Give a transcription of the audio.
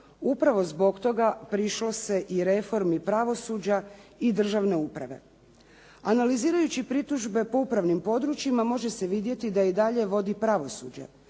Upravo zbog toga prišlo se i reformi pravosuđa i državne uprave. Analizirajući pritužbe po upravnim područjima može se vidjeti da i dalje vodi pravosuđe.